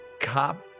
cop